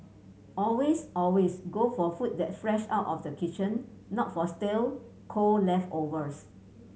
always always go for food that's fresh out of the kitchen not for stale cold leftovers